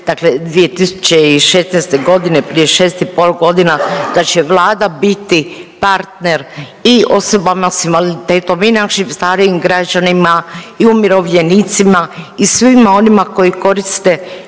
dakle 2016. godine, prije 6,5 godina da će Vlada biti partner i osobama s invaliditetom i našim starijim građanima i umirovljenicima i svima onima koji koriste